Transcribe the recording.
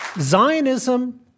Zionism